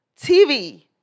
TV